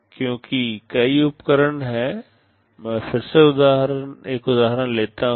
क्योंकि कई उपकरण हैं मैं फिर से एक उदाहरण लेता हूं